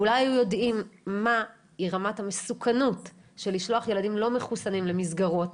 ואולי היו יודעים מהי רמת המסוכנות של לשלוח ילדים לא מחוסנים למסגרות,